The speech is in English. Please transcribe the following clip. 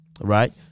right